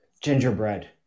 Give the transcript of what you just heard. Gingerbread